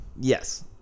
Yes